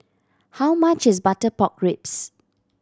how much is butter pork ribs